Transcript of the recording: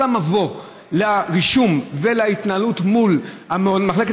כל המבוא לרישום ולהתנהלות מול מחלקת